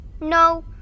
No